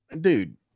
dude